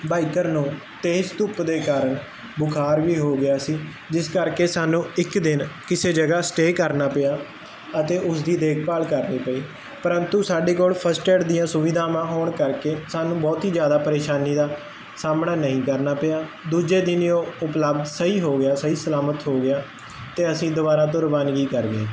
biker ਨੂੰ ਤੇਜ਼ ਧੁੱਪ ਦੇ ਕਾਰਨ ਬੁਖਾਰ ਵੀ ਹੋ ਗਿਆ ਸੀ ਜਿਸ ਕਰਕੇ ਸਾਨੂੰ ਇੱਕ ਦਿਨ ਕਿਸੇ ਜਗ੍ਹਾ ਸਟੇਅ ਕਰਨਾ ਪਿਆ ਅਤੇ ਉਸਦੀ ਦੇਖਭਾਲ ਕਰਨੀ ਪਈ ਪ੍ਰੰਤੂ ਸਾਡੇ ਕੋਲ ਫਸਟਏਡ ਦੀਆਂ ਸੁਵਿਧਾਵਾਂ ਹੋਣ ਕਰਕੇ ਸਾਨੂੰ ਬਹੁਤ ਹੀ ਜ਼ਿਆਦਾ ਪਰੇਸ਼ਾਨੀ ਦਾ ਸਾਹਮਣਾ ਨਹੀਂ ਕਰਨਾ ਪਿਆ ਦੂਜੇ ਦਿਨ ਈ ਉਹ ਉਪਲੱਬਧ ਸਹੀ ਹੋ ਗਿਆ ਸਹੀ ਸਲਾਮਤ ਹੋਗਿਆ ਤੇ ਅਸੀਂ ਦੁਆਰਾ ਤੋਂ ਰਵਾਨਗੀ ਕਰ ਗਏ